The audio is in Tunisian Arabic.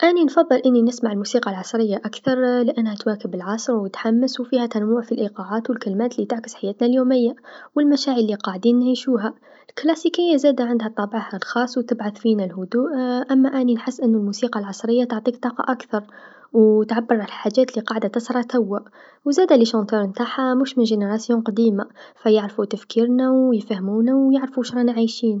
أني نفضل أني نسمع الموسيقى العصريه أكثر لأنها تواكب العصر و تحمس و فيها تنوع في الإيقاعات و الكلمات لتعكس حياتنا اليوميه و المشاعر لقاعدين نعيشوها، الكلاسيكيه زادا عندها طابعها الخاص و تبعث فينا الهدوء أما أني نحس أنو الموسيقى العصريه تعطيك طاقه أكثر و تعبر عن الحاجات لقاعده تصرا توا و زادا المغنين نتاعها مش من جيل قديما فيعرفو تفكيرنا و يفهمونا و يعرفو واش رانا عايشين.